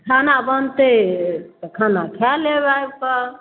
खाना बनतै तऽ खाना खा लेब आबि कऽ